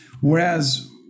Whereas